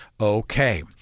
okay